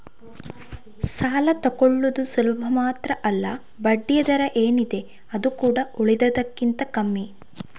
ಸಾಲ ತಕ್ಕೊಳ್ಳುದು ಸುಲಭ ಮಾತ್ರ ಅಲ್ಲ ಬಡ್ಡಿಯ ದರ ಏನಿದೆ ಅದು ಕೂಡಾ ಉಳಿದದಕ್ಕಿಂತ ಕಮ್ಮಿ